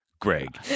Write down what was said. Greg